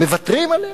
מוותרים עליה?